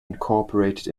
incorporated